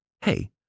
hey